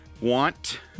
want